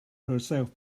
herself